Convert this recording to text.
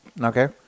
Okay